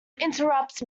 interrupt